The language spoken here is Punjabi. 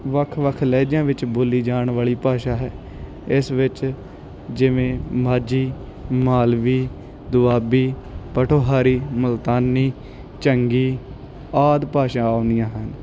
ਵੱਖ ਵੱਖ ਲਹਿਜਿਆਂ ਵਿੱਚ ਬੋਲੀ ਜਾਣ ਵਾਲੀ ਭਾਸ਼ਾ ਹੈ ਇਸ ਵਿੱਚ ਜਿਵੇਂ ਮਾਝੀ ਮਾਲਵੀ ਦੁਆਬੀ ਪੋਠੋਹਾਰੀ ਮੁਲਤਾਨੀ ਝੰਗੀ ਆਦਿ ਭਾਸ਼ਾ ਆਉਂਦੀਆਂ ਹਨ